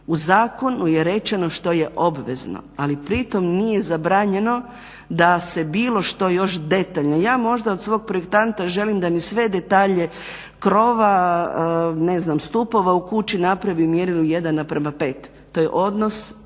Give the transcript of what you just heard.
U zakonu je rečeno što je obvezno, ali pritom nije zabranjeno da se bilo što još detaljno, ja možda od svog projektanta želim da mi sve detalje krova, stupova u kući, napravi u mjerilu 1:5, to je odnos